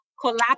collapse